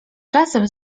czasem